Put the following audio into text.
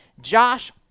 Josh